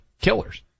killers